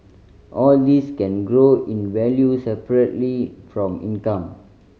all these can grow in value separately from income